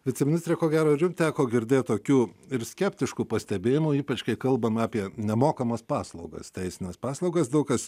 viceministrė ko gero jums teko girdėti tokių ir skeptiškų pastebėjimu ypač kai kalbama apie nemokamas paslaugas teisines paslaugas daug kas